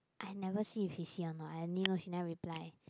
I never see if he's young lah I only know she never reply